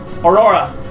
Aurora